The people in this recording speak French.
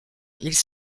ils